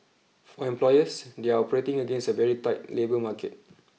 for employers they are operating against a very tight labour market